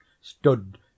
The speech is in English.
stood